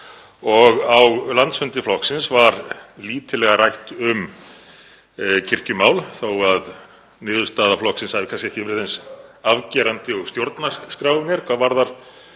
Á landsfundi flokksins var lítillega rætt um kirkjumál þó að niðurstaða flokksins hafi kannski ekki verið eins afgerandi og stjórnarskráin hvað varðar